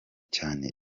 cyane